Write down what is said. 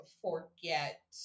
forget